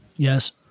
Yes